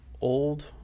old